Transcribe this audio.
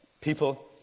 people